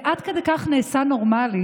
זה עד כדי כך נעשה נורמלי,